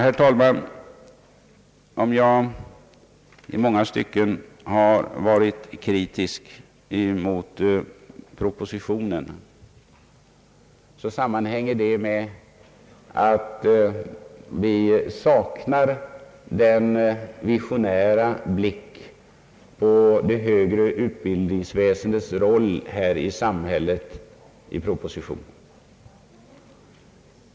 Herr talman, om jag i många stycken har varit kritisk emot propositionen, sammanhänger det med att moderata samlingspartiet i den saknar en visionär blick på det högre utbildningsväsendets roll här i samhället.